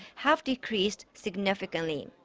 have decreased significantly.